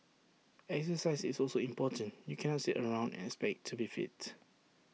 exercise is also important you cannot sit around and expect to be fit